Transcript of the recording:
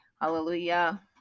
Hallelujah